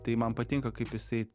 tai man patinka kaip jisai